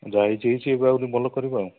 ଯାହା ହେଇଛି ହେଇଛି ଏବେ ଆହୁରି ଭଲ କରିବା